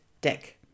deck